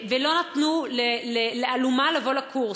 ולא נתנו ל"אלומה" לבוא לקורס.